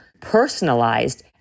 personalized